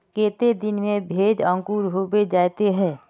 केते दिन में भेज अंकूर होबे जयते है?